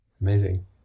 Amazing